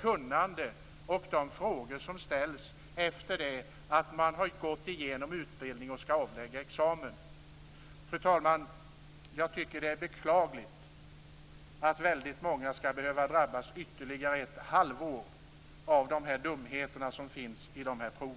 kunnande och de frågor som ställs efter det att man har gått igenom en utbildning och skall avlägga examen. Fru talman! Jag tycker att det är beklagligt att så många skall behöva drabbas ytterligare ett halvår av de dumheter som finns i dessa prov.